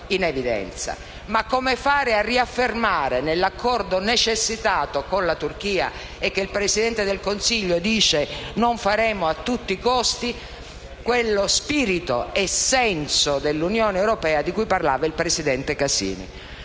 Ma come fare a riaffermare nell'accordo necessitato con la Turchia, che il Presidente del Consiglio dice che non faremo a tutti i costi, quello spirito e senso dell'Unione europea di cui parlava il presidente Casini?